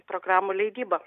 programų leidybą